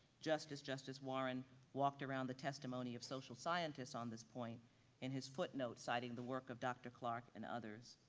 just as justice warren walked around the testimony of social scientists on this point in his footnote, citing the work of dr. clark and others.